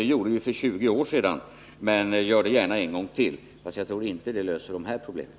Vi utredde den för 20 år sedan, men gör det gärna en gång till! Fast jag tror inte det löser de här problemen.